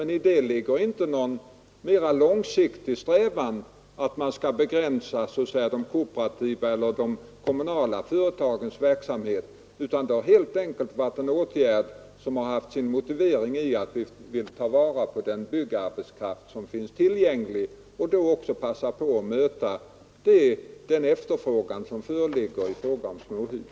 Men i det ligger inte någon mera långsiktig strävan att begränsa den kooperativa eller kommunala företagsverksamheten, utan det har helt enkelt varit en åtgärd som haft sin motivering i att vi vill ta vara på den byggarbetskraft som finns tillgänglig och passa på att möta den efterfrågan som föreligger i fråga om småhus.